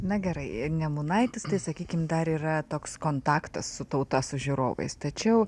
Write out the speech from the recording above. na gerai nemunaitis tai sakykim dar yra toks kontaktas su tauta su žiūrovais tačiau